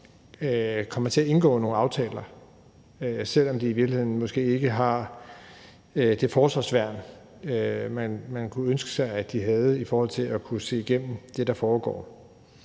kommer til at indgå nogle aftaler, fordi de måske i virkeligheden ikke har det forsvarsværn, man kunne ønske sig de havde, i forhold til at kunne se igennem det, der foregår.